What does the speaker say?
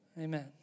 Amen